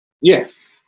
Yes